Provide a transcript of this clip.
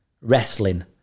wrestling